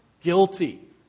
guilty